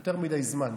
יותר מדי זמן,